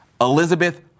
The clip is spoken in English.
Elizabeth